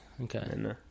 okay